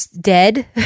dead